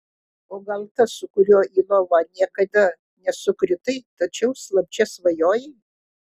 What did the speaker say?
o gal tas su kuriuo į lovą niekada nesukritai tačiau slapčia svajojai